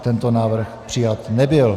Tento návrh přijat nebyl.